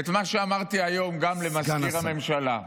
--- את מה שאמרתי היום גם למזכיר ראש הממשלה,